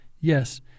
Yes